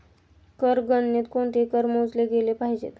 कर गणनेत कोणते कर मोजले गेले पाहिजेत?